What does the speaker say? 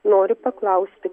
noriu paklausti